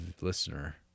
listener